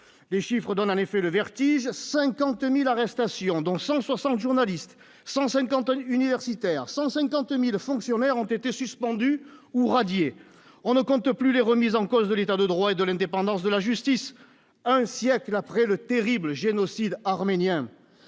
les chiffres donnent en effet le vertige à 50000 arrestations, dont 160 journalistes 150 ans, universitaires, 150000 fonctionnaires ont été suspendus ou radiés, on ne compte plus les remises en cause de l'état de droit et de l'indépendance de la justice, un siècle après le terrible génocide arménien,